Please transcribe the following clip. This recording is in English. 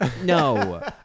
No